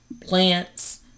plants